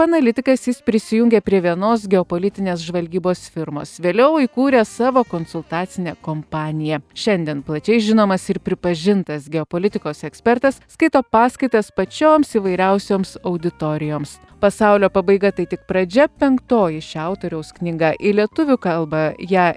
analitikas jis prisijungė prie vienos geopolitinės žvalgybos firmos vėliau įkūrė savo konsultacinę kompaniją šiandien plačiai žinomas ir pripažintas geopolitikos ekspertas skaito paskaitas pačioms įvairiausioms auditorijoms pasaulio pabaiga tai tik pradžia penktoji šio autoriaus knyga į lietuvių kalbą ją